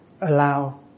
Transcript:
allow